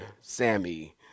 Sammy